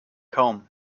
kaum